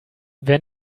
wer